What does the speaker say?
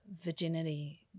virginity